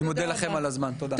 אני מודה לכם על הזמן, תודה.